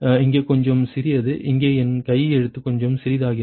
இங்கே கொஞ்சம் சிறியது இங்கே என் கை எழுத்து கொஞ்சம் சிறியதாகிறது